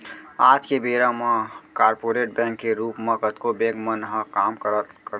आज के बेरा म कॉरपोरेट बैंक के रूप म कतको बेंक मन ह काम करथे